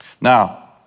Now